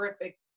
terrific